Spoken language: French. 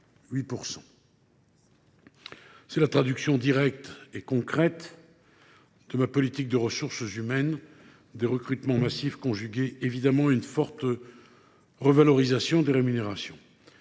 C’est la traduction directe et concrète de ma politique de ressources humaines : des recrutements massifs conjugués à une forte revalorisation des rémunérations.